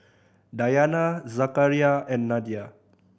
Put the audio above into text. Dayana Zakaria and Nadia